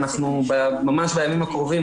ממש בימים הקרובים,